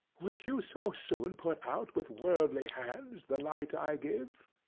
would you so soon put out, with worldly hands, the light i give?